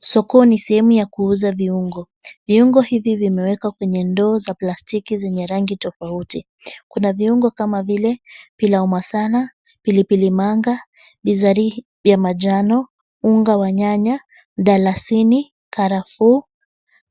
Sokoni sehemu ya kuuza viungo. Viungo hivi vimewekwa kwenye ndoo za plastiki zenye rangi tofauti. Kuna viungo kama vile pilau masala, pilipili manga, bizari ya majano, unga wa nyanya, dalasini, karafuu,